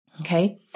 Okay